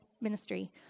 ministry